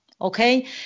okay